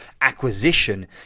acquisition